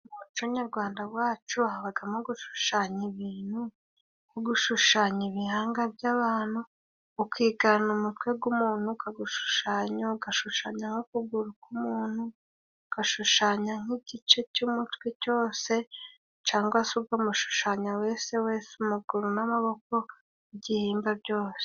Mu muco nyarwanda wacu habagamo gushushanya ibintu nko gushushanya ibihanga by'abantu ukigana umutwe g'umuntu ukagushushanya, ugashushanya n' ukuguru k'umuntu ,ugashushanya nk'igice cy'umutwe cyose cangwa se ukamushushanya wese wese amaguru n'amaboko n'igihimba byose.